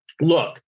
look